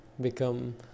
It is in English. become